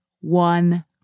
one